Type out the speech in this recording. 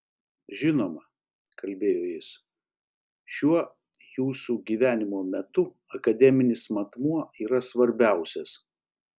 žinoma kalbėjo jis šiuo jūsų gyvenimo metu akademinis matmuo yra svarbiausias